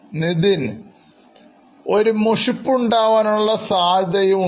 Nithin ഒരു മുഷിപ്പ് ഉണ്ടാവാനുള്ള സാധ്യതയും ഉണ്ട്